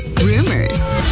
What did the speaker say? rumors